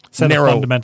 narrow